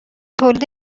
تولید